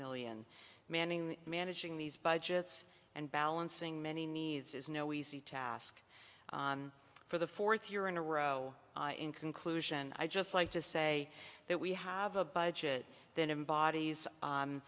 million manning managing these budgets and balancing many needs is no easy task for the fourth year in a row in conclusion i'd just like to say that we have a budget then in bodies